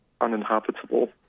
uninhabitable